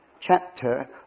chapter